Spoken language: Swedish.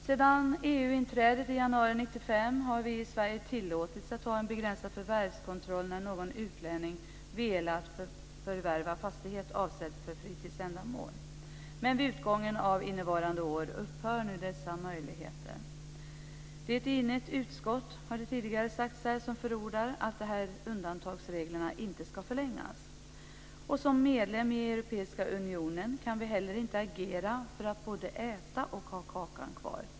Sedan EU-inträdet i januari 1995 har vi i Sverige tillåtits att ha en begränsad förvärvskontroll när en utlänning velat förvärva fastighet avsedd för fritidsändamål men vid utgången av innevarande år upphör dessa möjligheter. Det är, som tidigare sagts här, ett enigt utskott som förordar att tiden för undantagsreglerna inte ska förlängas. Som medlem i Europeiska unionen kan vi inte agera för att både äta och ha kakan kvar.